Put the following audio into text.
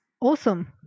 Awesome